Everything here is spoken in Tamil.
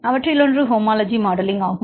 அவற்றில் ஒன்று ஹோமோலஜி மாடலிங் ஆகும்